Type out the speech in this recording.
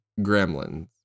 Gremlins